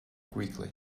quickly